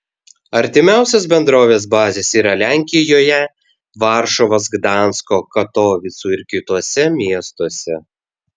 artimiausios bendrovės bazės yra lenkijoje varšuvos gdansko katovicų ir kituose miestuose